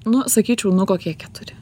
nu sakyčiau nu kokie keturi